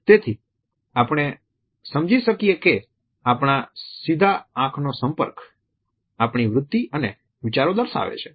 તેથી આપણે સમજી શકીએ કે આપણા સીધો આંખનો સંપર્ક આપણી વૃત્તિ અને વિચારો દર્શાવે છે